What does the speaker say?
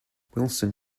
wilson